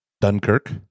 Dunkirk